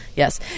Yes